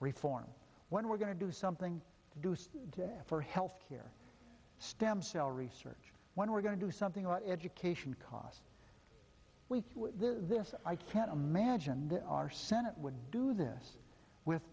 reform what we're going to do something to do for health care stem cell research when we're going to do something about education costs there i can't imagine our senate would do this with